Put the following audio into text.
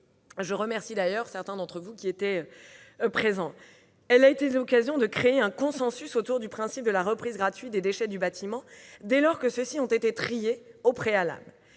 Je remercie d'ailleurs certains d'entre vous de leur présence. Cette réunion a été l'occasion de créer un consensus autour de la reprise gratuite des déchets du bâtiment, dès lors que ceux-ci ont été triés au préalable,